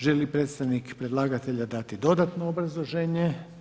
Želi li predstavnik predlagatelja dati dodatno obrazloženje?